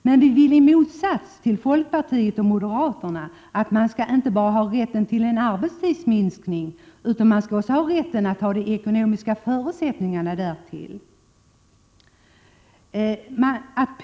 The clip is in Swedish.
Men vi vill i motsats till folkpartiet och moderaterna att människor inte skall ha rätt enbart till en minskning av arbetstiden utan också att få de ekonomiska förutsättningarna därtill.